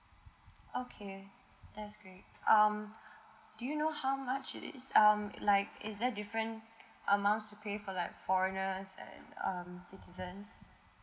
okay that's great um do you know how much it is um like is there different amounts to pay for like foreigners and um citizens